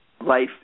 life